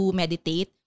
meditate